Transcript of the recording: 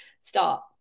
start